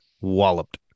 walloped